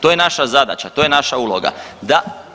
To je naša zadaća, to je naša uloga, da.